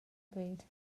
bryd